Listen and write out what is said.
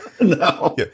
No